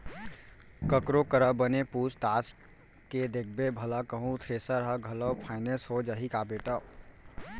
ककरो करा बने पूछ ताछ के देखबे भला कहूँ थेरेसर ह घलौ फाइनेंस हो जाही का बेटा?